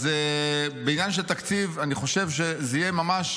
אז בעניין של תקציב אני חושב שזה יהיה ממש